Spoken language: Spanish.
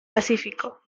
pacífico